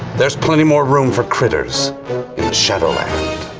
there's plenty more room for critters in the shadow land.